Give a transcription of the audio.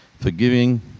Forgiving